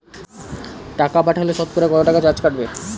টাকা পাঠালে সতকরা কত টাকা চার্জ কাটবে?